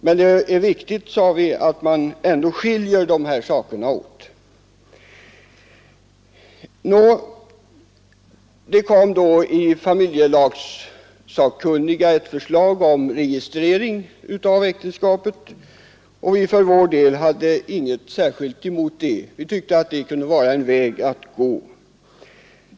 Men det är ändå viktigt, sade vi oss, att man skiljer dessa saker åt. Familjelagssakkunniga föreslog registrering av äktenskapet, och vi hade ingenting särskilt emot det; vi tyckte det kunde vara en väg att gå.